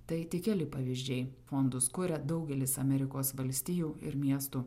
tai tik keli pavyzdžiai fondus kuria daugelis amerikos valstijų ir miestų